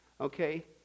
Okay